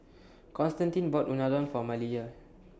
Constantine bought Unadon For Malia